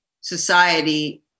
society